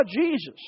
Jesus